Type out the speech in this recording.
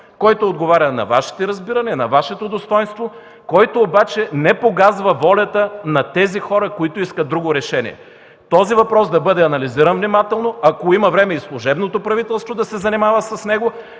който отговаря на Вашите разбирания, на Вашето достойнство, който обаче не погазва волята на тези хора, които искат друго решение. Този въпрос да бъде анализиран внимателно, ако има време и служебното правителство да се занимава с него,